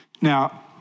Now